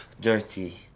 dirty